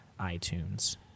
iTunes